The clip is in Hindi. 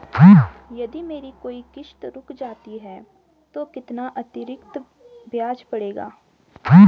यदि मेरी कोई किश्त रुक जाती है तो कितना अतरिक्त ब्याज पड़ेगा?